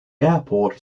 airport